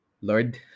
Lord